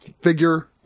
figure